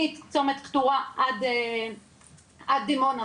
מצומת קטורה עד דימונה.